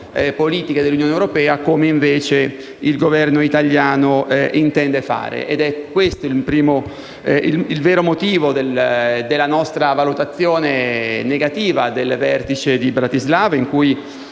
politiche dell'Unione europea, come invece il Governo italiano intende fare. È questo il vero motivo della nostra valutazione negativa del vertice di Bratislava, in cui